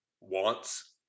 wants